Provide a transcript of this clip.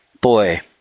Boy